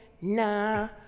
nah